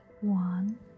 One